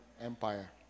Empire